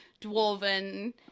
dwarven